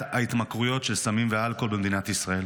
ההתמכרויות לסמים ואלכוהול במדינת ישראל.